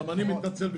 גם אני מתנצל בשמו.